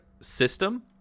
system